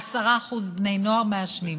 10% מבני הנוער מעשנים.